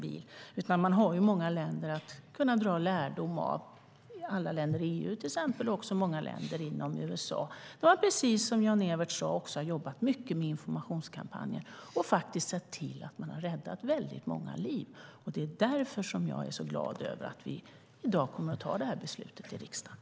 Det finns många länder att dra lärdom från, till exempel alla länder i EU och många delstater i USA. Precis som Jan-Evert Rådhström har de jobbat mycket med informationskampanjer och sett till att många liv har räddats. Det är därför jag är så glad över att vi i dag kommer att fatta beslutet i riksdagen.